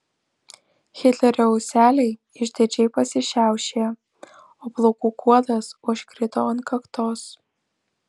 hitlerio ūseliai išdidžiai pasišiaušė o plaukų kuodas užkrito ant kaktos